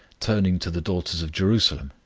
turning to the daughters of jerusalem,